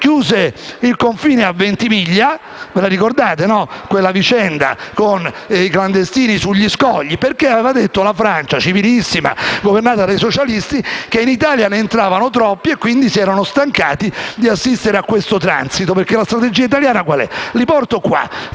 chiuso il confine a Ventimiglia. Ve la ricordate quella vicenda con i clandestini sugli scogli? Aveva detto che la civilissima Francia, governata dai socialisti, poiché in Italia ne entravano troppi, si era stancata di assistere a questo transito. La strategia italiana qual è? Li porto qua,